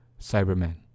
Cybermen